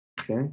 Okay